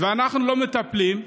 אנחנו לא מטפלים,